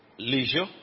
leisure